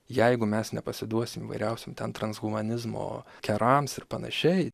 jeigu mes nepasiduosim įvairiausiem transhumanizmo kerams ir panašiai